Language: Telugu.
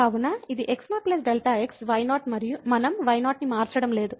కాబట్టి ఇక్కడ x0 Δx y0 మనం y0 ని మార్చడం లేదు